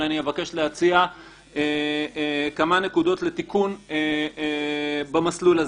אבל אני מבקש להציע כמה נקודות תיקון במסלול הזה.